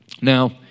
Now